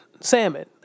salmon